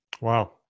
Wow